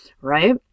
right